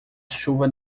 chuva